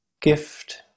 Gift